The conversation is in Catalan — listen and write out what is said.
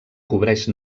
cobreix